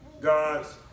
God's